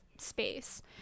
space